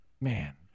Man